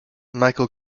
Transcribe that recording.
michael